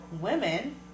Women